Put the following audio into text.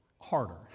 harder